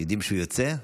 יודעים שהוא יוצא,